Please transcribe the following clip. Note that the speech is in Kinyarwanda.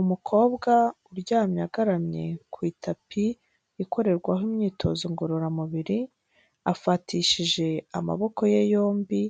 Umukobwa uryamye agaramye ku itapi ikorerwaho imyitozo ngororamubiri, afatishije amaboko ye yombi